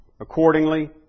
accordingly